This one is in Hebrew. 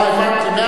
אה, הבנתי.